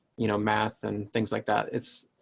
you know, mass and things like that. it's